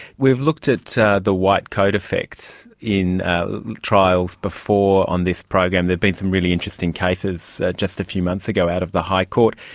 we've looked at the white coat effect in trials before on this program, there has been some really interesting cases, just a few months ago out of the high court.